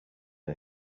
are